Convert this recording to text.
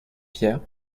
pierre